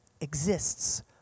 exists